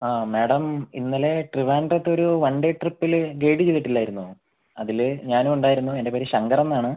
ആ മാഡം ഇന്നലെ ട്രിവാൻഡ്രത്തൊരു വൺ ഡേ ട്രിപ്പിൽ ഗൈഡ് ചെയ്തിട്ട് ഇല്ലായിരുന്നോ അതിൽ ഞാനും ഉണ്ടായിരുന്നു എൻ്റെ പേര് ശങ്കർ എന്നാണ്